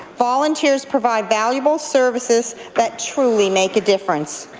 volunteers provide valuable services that truly make a difference.